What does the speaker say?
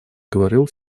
говорил